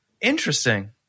Interesting